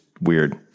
weird